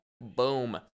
boom